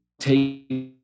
take